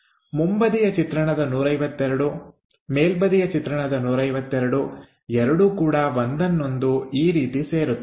ಮುಂಬದಿಯ ಚಿತ್ರಣದ 152 ಮೇಲ್ಬದಿಯ ಚಿತ್ರಣದ 152 ಎರಡೂ ಕೂಡ ಒಂದನ್ನೊಂದು ಈ ರೀತಿ ಸೇರುತ್ತದೆ